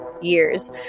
years